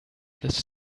this